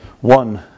One